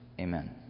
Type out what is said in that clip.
Amen